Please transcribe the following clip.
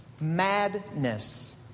Madness